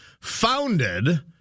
Founded